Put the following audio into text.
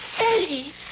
Eddie